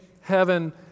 heaven